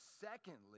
Secondly